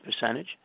percentage